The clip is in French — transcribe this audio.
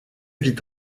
vit